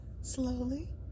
Slowly